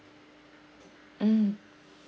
mm